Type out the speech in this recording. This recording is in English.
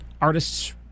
artists